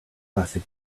classic